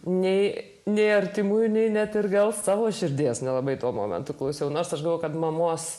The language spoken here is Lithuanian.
nei nei artimųjų nei net ir gal savo širdies nelabai tuo momentu klausiau nors aš buvau kad mamos